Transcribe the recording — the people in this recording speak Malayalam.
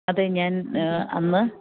അതേ ഞാൻ അന്ന്